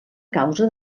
causa